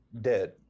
dead